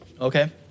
Okay